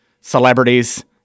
celebrities